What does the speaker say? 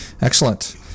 Excellent